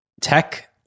tech